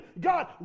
God